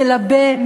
מלבה,